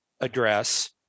address